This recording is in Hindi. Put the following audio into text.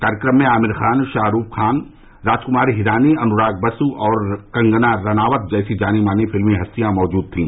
कार्यक्रम में आमिर खान शाहरूख खान राजकुमार हिरानी अनुराग वसु और कंगना रनावत जैसी जानी मानी फिल्मी हस्तियां मौजूद थी